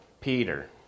Peter